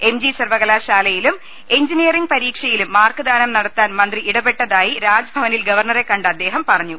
M G സർവ്വ കലാശാലയിലും engineering പരീക്ഷയിലും മാർക്ക്ദാനം നടത്താൻ മന്ത്രി ഇടപെട്ടതായി രാജ്ഭവനിൽ ഗവർണറെ കണ്ട അദ്ദേഹം പറഞ്ഞു